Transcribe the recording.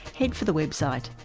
head for the website.